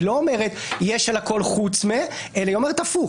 היא לא אומרת שיש על הכול חוץ מ- אלא היא אומרת הפוך.